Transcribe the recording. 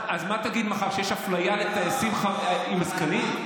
אז מה תגיד מחר, שיש אפליה לטייסים עם זקנים?